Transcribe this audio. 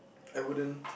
I wouldn't